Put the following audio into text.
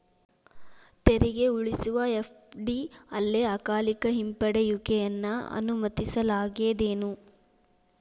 ತೆರಿಗೆ ಉಳಿಸುವ ಎಫ.ಡಿ ಅಲ್ಲೆ ಅಕಾಲಿಕ ಹಿಂಪಡೆಯುವಿಕೆಯನ್ನ ಅನುಮತಿಸಲಾಗೇದೆನು?